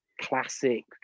classic